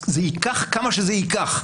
זה ייקח כמה שזה ייקח.